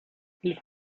hilf